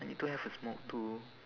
I need to have a smoke too